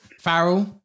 Farrell